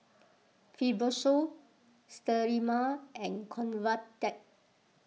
Fibrosol Sterimar and Convatec